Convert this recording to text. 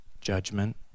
judgment